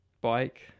bike